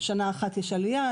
שנה אחת יש עלייה,